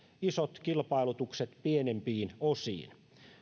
isot kilpailutukset pienempiin osiin